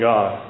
God